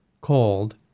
called